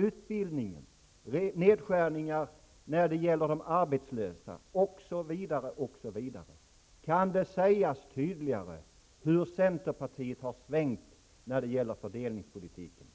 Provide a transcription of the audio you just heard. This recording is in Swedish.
i utbildningen, när det gäller de arbetslösa osv. Kan det sägas tydligare hur centerpartiet har svängt när det gäller fördelningspolitiken?